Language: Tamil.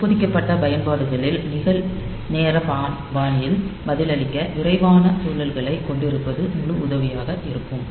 உட்பொதிக்கப்பட்ட பயன்பாடுகளில் நிகழ்நேர பாணியில் பதிலளிக்க விரைவான சூழல்களைக் கொண்டிருப்பது முழு உதவியாக இருக்கும்